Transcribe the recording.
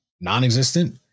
non-existent